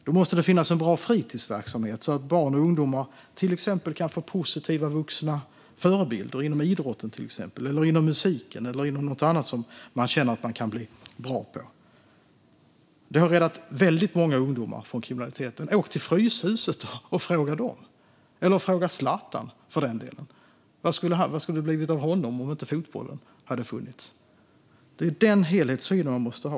Då måste det finnas en bra fritidsverksamhet så att barn och ungdomar till exempel kan få positiva vuxna förebilder, exempelvis inom idrotten, musiken eller något annat som man känner att man kan bli bra på. Det har räddat väldigt många ungdomar från kriminalitet. Åk till Fryshuset och fråga dem! Eller fråga Zlatan, för den delen - vad skulle det ha blivit av honom om inte fotbollen hade funnits? Det är den helhetssynen man måste ha.